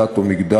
דת או מגדר,